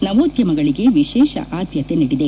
ನವೋದ್ಯಮಗಳಿಗೆ ವಿಶೇಷ ಆದ್ಯತೆ ನೀಡಿದೆ